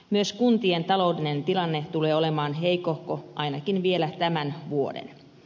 myös kuntien taloudellinen tilanne tulee olemaan heikohko ainakin vielä tämän vuoden